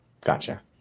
Gotcha